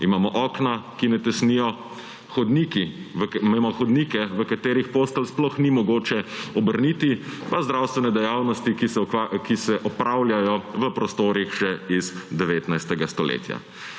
Imamo okna, ki ne tesnijo, imamo hodnike, v katerih postelj sploh ni mogoče obrniti, pa zdravstvene dejavnosti, ki se opravljajo v prostorih še iz 19. stoletja.